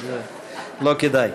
אז לא כדאי.